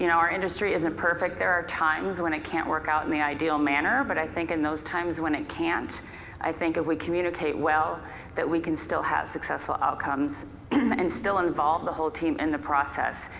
you know our industry isn't perfect, there are times when it can't work out in the ideal manner but i think in those times when it can't i think if we communicate well that we can still have successful outcomes and still involve the whole team in the process.